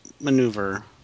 maneuver